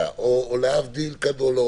הלאה.